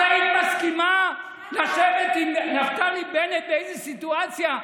את היית מסכימה לשבת עם נפתלי בנט באיזה סיטואציה?